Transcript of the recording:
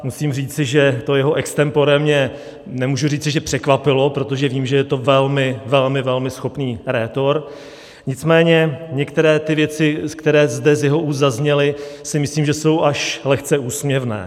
Musím říci, že jeho extempore mě, nemůžu říci, že překvapilo, protože vím, že je to velmi, velmi, velmi schopný rétor, nicméně některé věci, které zde z jeho úst zazněly, si myslím, že jsou až lehce úsměvné.